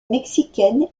mexicaine